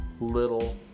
little